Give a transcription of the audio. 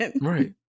Right